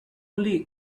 only